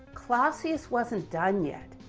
clausius wasn't done yet,